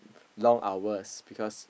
long hours because